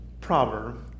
proverb